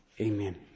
amen